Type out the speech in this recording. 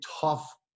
tough